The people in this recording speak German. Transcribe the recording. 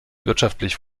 wirtschaftlich